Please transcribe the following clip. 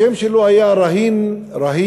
השם שלו היה "רהין אלמחבּסיין",